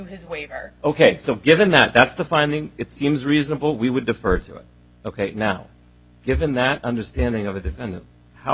his waiver ok so given that that's the finding it seems reasonable we would defer to ok now given that understanding of the defendant how